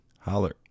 Holler